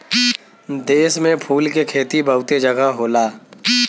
देश में फूल के खेती बहुते जगह होला